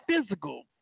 physical